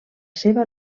seva